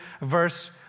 verse